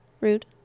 Rude